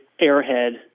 airhead